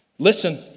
Listen